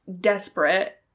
desperate